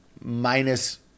minus